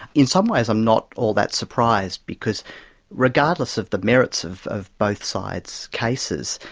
in some ways i'm not all that surprised because regardless of the merits of of both sides' cases,